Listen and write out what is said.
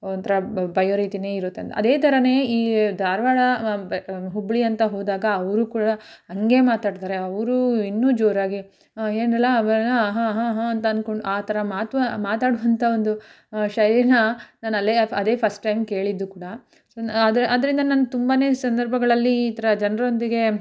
ಒಂಥರ ಬಯ್ಯೋ ರೀತಿಯೇ ಇರುತ್ತೆ ಅಂ ಅದೇ ಥರನೇ ಈ ಧಾರವಾಡ ಹುಬ್ಬಳಿಯಂಥ ಹೋದಾಗ ಅವರು ಕೂಡ ಹಾಗೆ ಮಾತಾಡ್ತಾರೆ ಅವರು ಇನ್ನೂ ಜೋರಾಗಿ ಹಾಂ ಏನಲಾ ಬಾರಾಲಾ ಹಾಂ ಹಾಂ ಹಾಂ ಅಂತ ಅಂದ್ಕೊಂಡು ಆ ಥರ ಮಾತು ಮಾತಾಡುವಂಥ ಒಂದು ಶೈಲಿನ ನಾನಲ್ಲೇ ಅದೇ ಫಸ್ಟ್ ಟೈಮ್ ಕೇಳಿದ್ದು ಕೂಡ ಸೋ ಆದರೆ ಅದರಿಂದ ನಾನು ತುಂಬನೇ ಸಂದರ್ಭಗಳಲ್ಲಿ ಈ ಥರ ಜನರೊಂದಿಗೆ